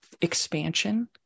expansion